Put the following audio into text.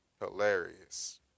hilarious